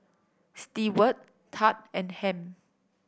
Steward Thad and Ham